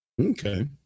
Okay